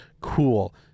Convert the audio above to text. cool